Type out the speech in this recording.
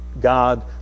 God